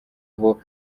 aho